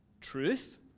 truth